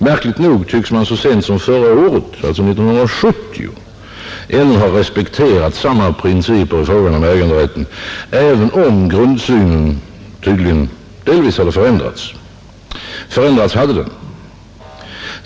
Märkligt nog tycks man så sent som förra året, alltså 1970, ännu ha respekterat samma principer i fråga om äganderätten, även om grundsynen tydligen delvis förändrats. Förändrats hade den.